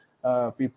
people